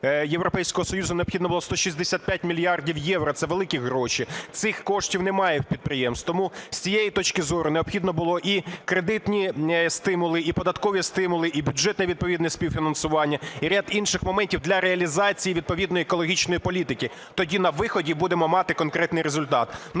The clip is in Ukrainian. Європейського Союзу необхідно було 165 мільярдів євро. Це великі гроші, цих коштів немає у підприємств. Тому, з цієї точки зору, необхідно було і кредитні стимули, і податкові стимули, і бюджетне відповідне співфінансування, і ряд інших моментів для реалізації відповідної екологічної політики. Тоді на виході будемо мати конкретний результат.